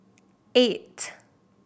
eight